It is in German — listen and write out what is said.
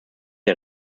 der